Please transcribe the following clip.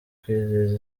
kwizihiza